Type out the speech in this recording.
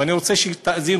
ואני רוצה שתאזינו,